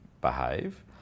behave